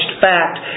fact